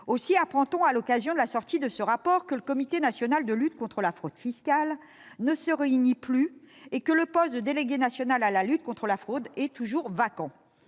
également, à l'occasion de la sortie de ce rapport, que le Comité national de lutte contre la fraude ne se réunit plus et que le poste de Délégué national à la lutte contre la fraude est toujours vacant.